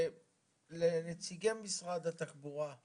לנציגי משרד התחבורה,